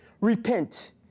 Repent